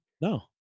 No